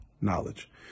knowledge